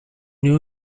new